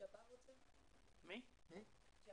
אני רכז